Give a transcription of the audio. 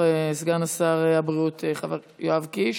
סגן שר הבריאות חברי יואב קיש.